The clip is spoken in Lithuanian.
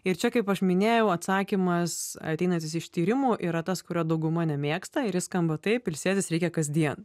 ir čia kaip aš minėjau atsakymas ateinantis iš tyrimų yra tas kurio dauguma nemėgsta ir jis skamba taip ilsėtis reikia kasdien